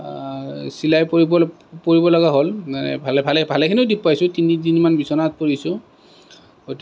চিলাই পৰিব পৰিব লগা হ'ল ভালে ভালে ভালেখিনি দুখ পাইছোঁ তিনিদিনমান বিচনাত পৰিছোঁ